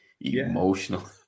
Emotional